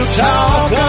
talk